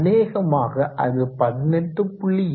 அநேகமாக அது 18